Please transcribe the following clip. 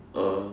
uh